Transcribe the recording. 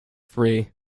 free